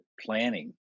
planning